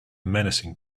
menacing